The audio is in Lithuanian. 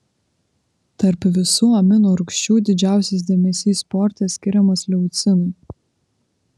tarp visų amino rūgščių didžiausias dėmesys sporte skiriamas leucinui